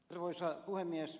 arvoisa puhemies